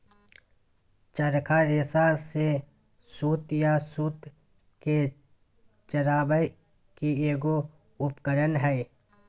चरखा रेशा से सूत या सूत के चरावय के एगो उपकरण हइ